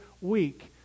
week